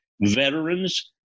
veterans